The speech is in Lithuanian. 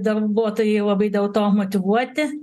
darbuotojai labai dėl to motyvuoti